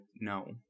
no